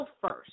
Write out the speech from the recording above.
first